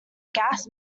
gas